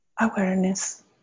awareness